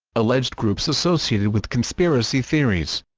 alleged groups associated with conspiracy theories